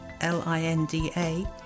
L-I-N-D-A